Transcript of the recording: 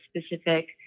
specific